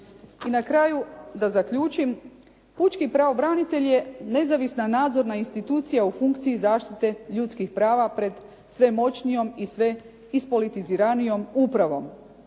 I na kraju da zaključim, pučki pravobranitelj je nezavisna nadzorna institucija u funkciji zaštite ljudskih prava pred sve moćnijom i sve ispolitiziranijom upravom.